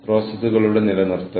ആ ആശയം ഓർക്കുക